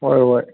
ꯍꯣꯏ ꯍꯣꯏ